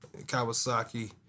Kawasaki